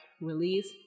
release